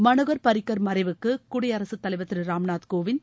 மனோகர் பாரிக்கர் மறைவுக்கு குடியரசுத் தலைவர் திரு ராம்நாத் கோவிந்த்